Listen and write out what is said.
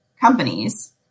companies